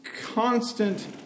constant